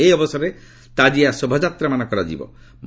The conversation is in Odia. ଏହି ଅବସରରେ ତାଜିଆ ଶୋଭାଯାତ୍ରାମାନ କରାଯାଇଥାଏ